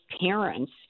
parents